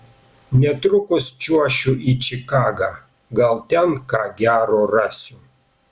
netrukus čiuošiu į čikagą gal ten ką gero rasiu